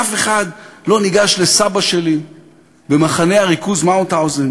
אף אחד לא ניגש לסבא שלי במחנה הריכוז מאוטהאוזן